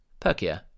Perkia